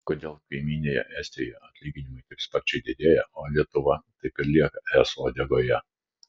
kodėl kaimynėje estijoje atlyginimai taip sparčiai didėja o lietuva taip ir lieka es uodegoje